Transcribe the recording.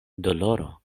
doloro